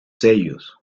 sellos